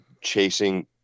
chasing